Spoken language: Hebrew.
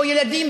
או ילדים,